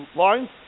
lines